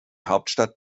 hauptstadt